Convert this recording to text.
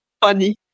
funny